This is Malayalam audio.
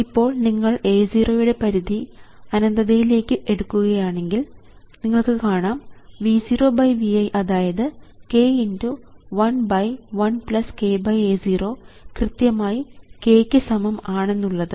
ഇപ്പോൾ നിങ്ങൾ A0 യുടെ പരിധി അനന്തതയിലേക്ക് എടുക്കുകയാണെങ്കിൽ നിങ്ങൾക്ക് കാണാം V 0 V i അതായത് k11kA0 കൃത്യമായി k യ്ക്ക് സമം ആണെന്നുള്ളത്